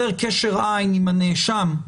שהוא אומר שהוא רוצה רגע לומר משהו לסנגור שלו?